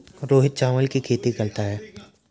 रोहित चावल की खेती करता है